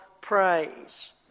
praise